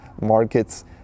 markets